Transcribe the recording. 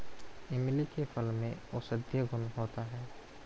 इमली के फल में औषधीय गुण होता है